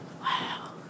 Wow